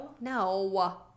No